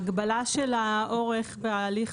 רציתי לשאול ההגבלה של האורך בהליך